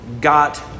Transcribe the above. got